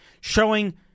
showing